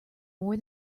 more